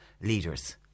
leaders